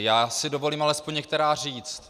Já si dovolím alespoň některá říct.